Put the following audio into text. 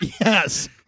Yes